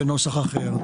בנוסח אחר,